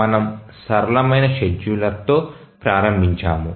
మనము సరళమైన షెడ్యూలర్తో ప్రారంభించాము